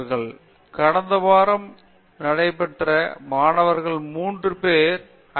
பேராசிரியர் உஷா மோகன் கடந்த வாரம் பட்டம் பெற்ற மாணவர்கள் 3 பேர் புதிய ஐ